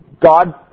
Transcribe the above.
God